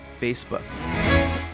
Facebook